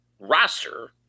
roster